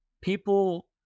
People